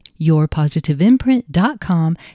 yourpositiveimprint.com